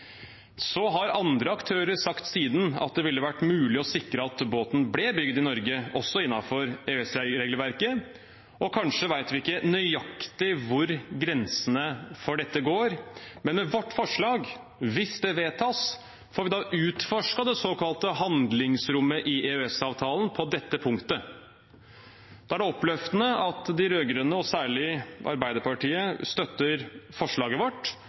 Så har andre aktører siden sagt at det ville ha vært mulig å sikre at båten ble bygd i Norge, også innenfor EØS-regelverket, og kanskje vet vi ikke nøyaktig hvor grensene for dette går. Men med vårt forslag – hvis det vedtas – får vi utforsket det såkalte handlingsrommet i EØS-avtalen på dette punktet. Da er det oppløftende at de rød-grønne, og særlig Arbeiderpartiet, støtter forslaget vårt.